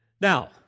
Now